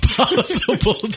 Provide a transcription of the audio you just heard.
possible